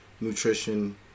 nutrition